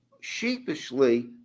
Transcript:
Sheepishly